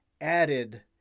added